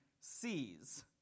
sees